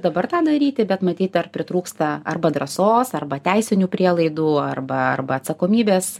dabar tą daryti bet matyt dar pritrūksta arba drąsos arba teisinių prielaidų arba arba atsakomybės